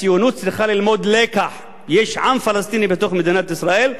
הציונות צריכה ללמוד לקח: יש עם פלסטיני בתוך מדינת ישראל,